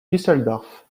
düsseldorf